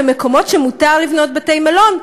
במקומות שמותר לבנות בתי-מלון,